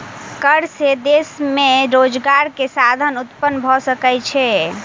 कर से देश में रोजगार के साधन उत्पन्न भ सकै छै